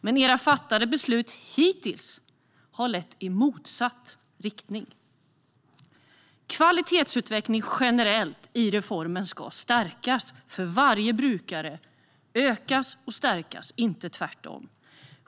Men era fattade beslut hittills har lett i motsatt riktning. Kvalitetsutvecklingen generellt i reformen ska öka och stärkas för varje brukare - inte tvärtom.